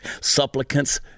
Supplicants